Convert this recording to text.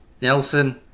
Nelson